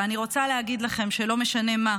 ואני רוצה להגיד לכם שלא משנה מה,